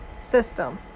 system